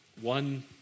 one